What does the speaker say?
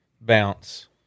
bounce